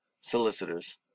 Solicitors